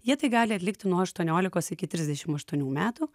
jie tai gali atlikti nuo aštuoniolikos iki trisdešimt aštuonių metų